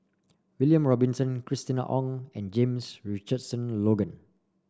William Robinson Christina Ong and James Richardson Logan